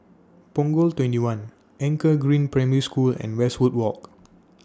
Punggol twenty one Anchor Green Primary School and Westwood Walk